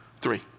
Three